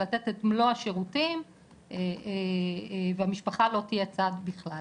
לתת את מלא השירותים והמשפחה לא תהיה צד בכלל.